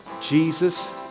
Jesus